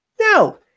No